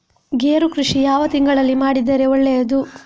ಗೇರು ಕೃಷಿ ಯಾವ ತಿಂಗಳಲ್ಲಿ ಮಾಡಿದರೆ ಒಳ್ಳೆಯದು?